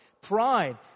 pride